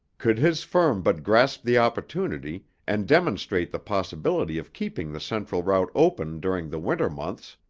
could his firm but grasp the opportunity, and demonstrate the possibility of keeping the central route open during the winter months,